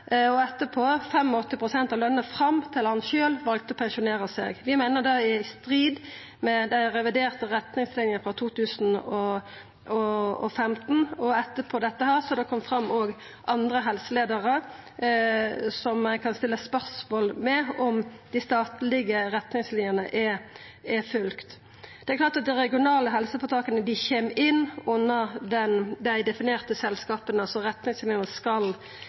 og etterpå 85 pst. av løna fram til han sjølv valde å pensjonera seg. Vi meiner det er i strid med dei reviderte retningslinjene frå 2015. Etterpå har det kome fram at det er andre helseleiarar der ein kan stilla spørsmål ved om dei statlege retningslinjene er følgde. Det er klart at dei regionale helseføretaka kjem inn under dei definerte selskapa som retningslinjene skal